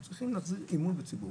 אנחנו צריכים להחזיר את האמון בציבור.